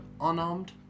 unarmed